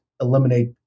eliminate